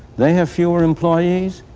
they have fewer employees,